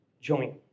joint